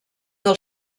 del